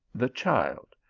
the child,